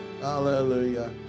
Hallelujah